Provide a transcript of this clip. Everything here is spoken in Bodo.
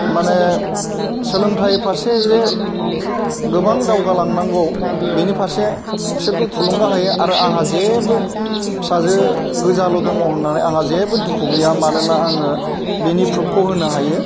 माने सोलोंथाइ फारसे जे गोबां दावगालांनांगौ बेनि फारसे बिसोरखौ थुलुंगा होयो आरो आंहा जेबो फिसाजो गोजाल' दङ होननानै आंहा जेबो दुखु गैया मानोना आङो बेनि प्रुफखौ होनो हायो